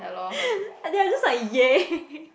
I think I just like !yay!